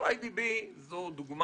איי די בי זו דוגמה